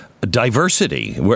diversity